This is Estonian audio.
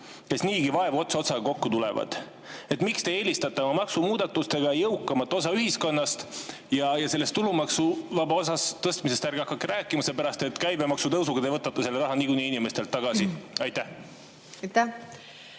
kes niigi vaevu ots otsaga kokku tulevad. Miks te eelistate oma maksumuudatustega jõukamat osa ühiskonnast? Sellest tulumaksuvaba osa tõstmisest ärge hakake rääkima, sest käibemaksu tõusuga te võtate selle raha niikuinii inimestelt tagasi. Aitäh,